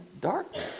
darkness